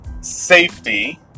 safety